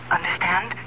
Understand